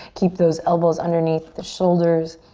keep those elbows underneath the shoulders.